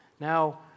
Now